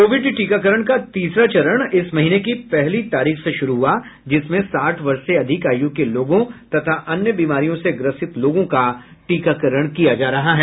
Covid टीकाकरण का तीसरा चरण इस महीने की पहली तारीख से शुरू हुआ जिसमें साठ वर्ष से अधिक आयु के लोगों तथा अन्य बीमारियों से ग्रसित लोगों का टीकाकरण किया जा रहा है